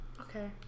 Okay